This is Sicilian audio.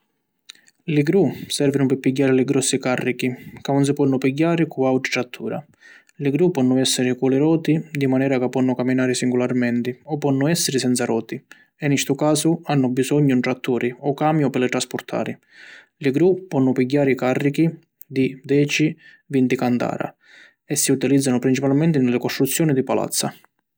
Li gru servinu pi pigghiari li grossi carrichi ca 'un si ponnu pigghiari cu autri trattura. Li gru ponnu essiri cu li roti di manera ca ponnu caminari singularmenti o ponnu essiri senza roti e ni ‘stu casu hannu bisognu un tratturi o camiu pi li traspurtari. Li gru ponnu pigghiari carrichi di deci-vinti cantara e si utilizzanu principalmenti ni li costruzioni di palazza.